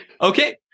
Okay